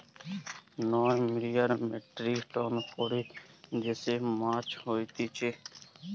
নয় million metric ton করে দেশে মাছ হতিছে